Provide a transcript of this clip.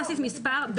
מספר,